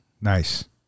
nice